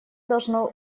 должно